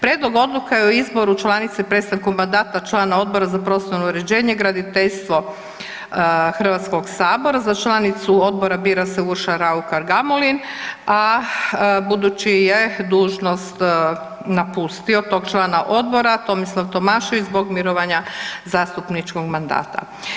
Prijedlog Odluke o izboru članice i prestanku mandata člana Odbora za prostorno uređenje i graditeljstvo Hrvatskog sabora, za članicu odbora bira se Urša Raukar Gamulin, a budući je dužnost napustio tog člana odbora Tomislav Tomašević zbog mirovanja zastupničkog mandata.